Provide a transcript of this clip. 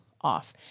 off